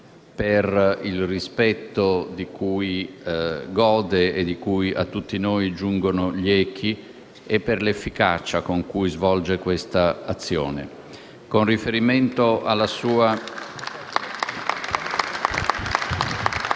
per il rispetto di cui gode, di cui a tutti noi giungono gli echi, e per l'efficacia con cui svolge questa azione. *(Applausi